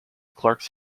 clarks